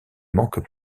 manquent